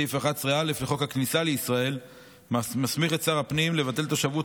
סעיף 11א לחוק הכניסה לישראל מסמיך את שר הפנים לבטל תושבות